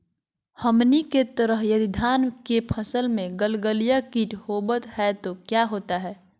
हमनी के तरह यदि धान के फसल में गलगलिया किट होबत है तो क्या होता ह?